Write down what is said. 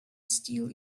steal